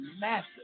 massive